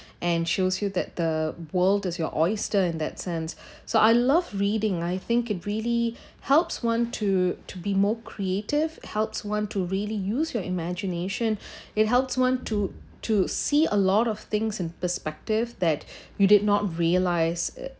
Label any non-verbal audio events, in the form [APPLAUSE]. and shows you that the world is your oyster in that sense so I love reading I think it really helps one to to be more creative helps one to really use your imagination [BREATH] it helps one to to see a lot of things in perspective that you did not realise it